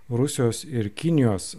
rusijos ir kinijos